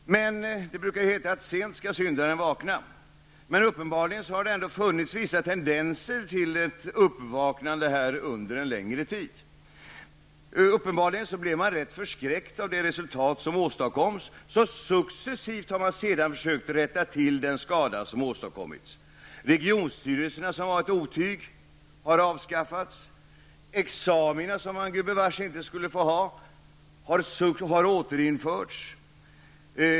Det brukar heta att sent skall syndaren vakna. Men uppenbarligen har det ändå funnits vissa tendenser till ett uppvaknande under en längre tid. Uppenbarligen blev man rätt förskräckt över det resultat som åstadkoms. Man har därför successivt försökt rätta till den skada som åstadkommits. Regionstyrelserna, som var ett otyg, har avskaffats. Examina, vilka man gudbevars inte skulle få ha, har återinförts.